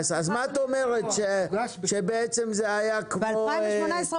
2017. הוגש ב-2018.